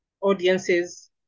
audiences